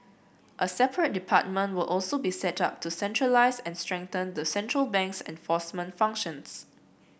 a separate department will also be set up to centralise and strengthen the central bank's enforcement functions